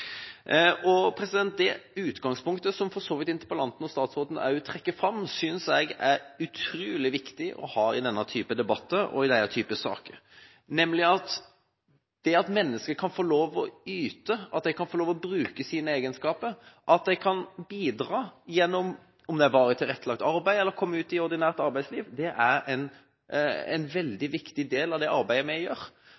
Det utgangspunktet som for så vidt interpellanten og statsråden også trekker fram, synes jeg er utrolig viktig å ha i denne type debatter og i denne type saker – nemlig at mennesker kan få lov til å yte, at de kan få lov til å bruke sine egenskaper, at de kan bidra enten gjennom varig tilrettelagt arbeid eller ordinært arbeidsliv. Det er en veldig viktig del av det arbeidet vi gjør. For det skaper menneskeverd, og det er